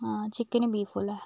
ആ ചിക്കനും ബീഫും അല്ലേ